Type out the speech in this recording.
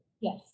Yes